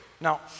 Now